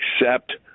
accept